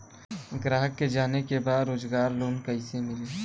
ग्राहक के जाने के बा रोजगार लोन कईसे मिली?